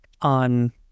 on